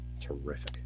Terrific